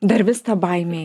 dar vis ta baimė